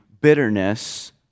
bitterness